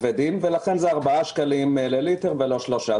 ולכן הם 4 שקלים לליטר ולא שלושה.